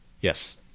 Yes